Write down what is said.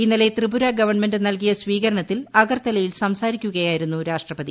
ഇന്നലെ ത്രിപുര ഗവൺമെന്റ് നൽകിയ സ്വീകരണത്തിൽ അഗർത്തലയിൽ സംസാരിക്കുകയായിരുന്നു രാഷ്ട്രപ്തി